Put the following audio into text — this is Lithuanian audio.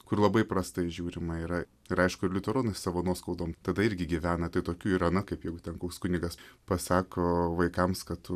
kur labai prastai žiūrima yra ir aišku ir liuteronai savo nuoskaudom tada irgi gyvena tai tokių yra na kaip jau ten koks kunigas pasako vaikams kad tu